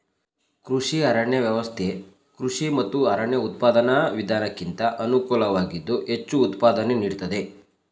ಕೃಷಿ ಅರಣ್ಯ ವ್ಯವಸ್ಥೆ ಕೃಷಿ ಮತ್ತು ಅರಣ್ಯ ಉತ್ಪಾದನಾ ವಿಧಾನಕ್ಕಿಂತ ಅನುಕೂಲವಾಗಿದ್ದು ಹೆಚ್ಚು ಉತ್ಪಾದನೆ ನೀಡ್ತದೆ